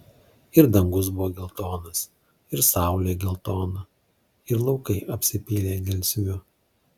ir dangus buvo geltonas ir saulė geltona ir laukai apsipylė gelsviu